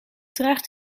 draagt